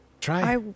Try